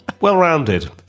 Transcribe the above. Well-rounded